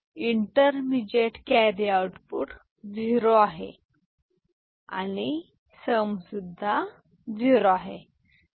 intermediate carry output zero आहे आणि sum सुद्धा झिरो आहे